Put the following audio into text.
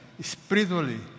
spiritually